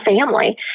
family